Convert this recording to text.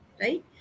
right